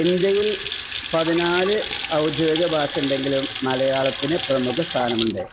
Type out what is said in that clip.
ഇന്ത്യയിൽ പതിനാല് ഔദ്യോഗിക ഭാഷയുണ്ടെങ്കിലും മലയാളത്തിനു പ്രമുഖ സ്ഥാനമുണ്ട്